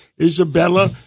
Isabella